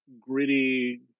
gritty